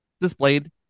displayed